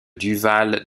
duval